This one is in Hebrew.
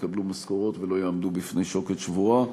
יקבלו משכורות ולא יעמדו בפני שוקת שבורה.